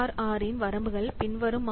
ஆரின் வரம்புகள் பின்வருமாறு